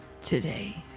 today